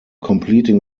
completing